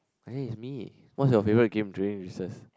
I think it's me what's your favourite game during recess